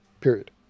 period